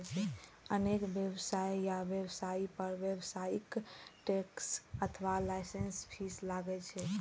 अनेक व्यवसाय आ व्यवसायी पर व्यावसायिक टैक्स अथवा लाइसेंस फीस लागै छै